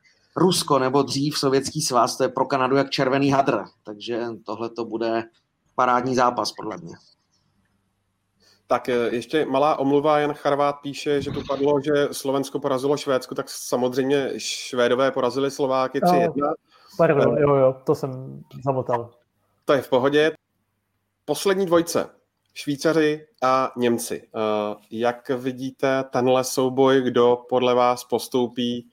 Rusko, nebo dřív Sovětský svaz, to je pro Kanadu jak červený hadr. Takže tohleto bude parádní zápas, podle mě. Tak, e, ještě malá omluva. Jan Charvát píše, že tu padlo, že Slovensko porazilo Švédsku, tak samozřejmě Švédové porazili Slováky 3:1. No, pardon, E, jo, jo, to jsem zamotal. to je v pohodě. Poslední dvojce. Švýcaři a Němci. E, jak vidíte tenhle souboj, kdo podle vás postoupí?